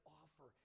offer